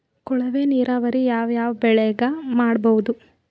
ಕೊಳವೆ ನೀರಾವರಿ ಯಾವ್ ಯಾವ್ ಬೆಳಿಗ ಮಾಡಬಹುದು?